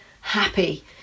happy